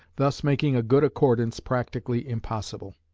thus making a good accordance practically impossible.